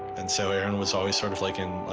and so aarorn was always sort of, like in,